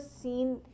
seen